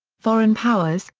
foreign powers,